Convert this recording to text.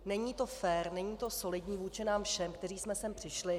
Není to fér, není to solidní vůči nám všem, kteří jsme sem přišli.